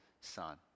son